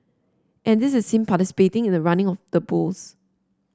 and this is him participating in the running of the bulls